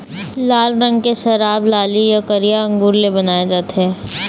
लाल रंग के शराब लाली य करिया अंगुर ले बनाए जाथे